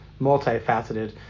multifaceted